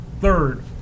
Third